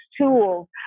tools